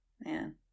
man